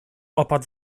opat